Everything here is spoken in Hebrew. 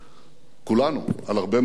כולנו על הרבה מאוד נושאים,